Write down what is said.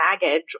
baggage